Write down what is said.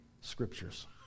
scriptures